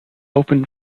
open